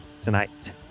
tonight